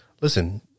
Listen